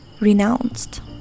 renounced